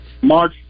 March